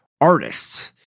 artists